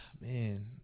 Man